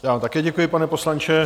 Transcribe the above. Já vám také děkuji, pane poslanče.